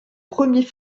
premier